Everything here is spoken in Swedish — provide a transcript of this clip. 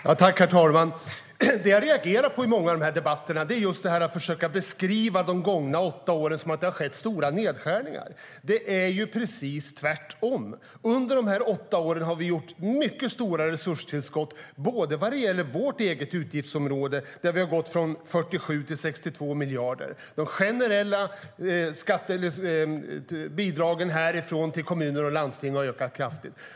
Herr talman! Det som jag reagerar på i många av de här debatterna är just att man försöker beskriva att det har skett stora nedskärningar under de gångna åtta åren. Det är precis tvärtom. Under dessa åtta år har vi gjort mycket stora resurstillskott till vårt eget utgiftsområde, där vi har gått från 47 till 62 miljarder, och de generella bidragen till kommuner och landsting har ökat kraftigt.